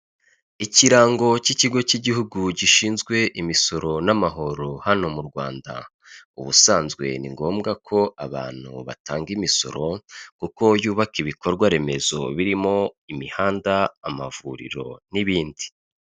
Abantu benshi batandukanye bamwe baricaye abandi barahagaze umwe muri bo afite ibendera rifite amabara atatu atandukanye, harimo ibara ry'ubururu, ibara ry'umuhondo, n'ibara ry'icyatsi kibisi.